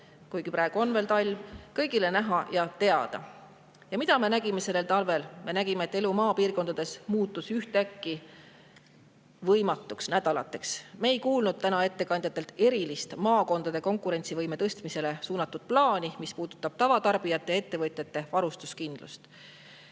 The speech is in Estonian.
kuigi praegu on veel talv – kõigile näha ja teada. Ja mida me nägime sellel talvel? Me nägime, et elu maapiirkondades muutus ühtäkki võimatuks, ja seda nädalateks. Me ei kuulnud täna ettekandjatelt erilist maakondade konkurentsivõime tõstmisele suunatud plaani, mis puudutab tavatarbijate ja ettevõtjate varustuskindlust.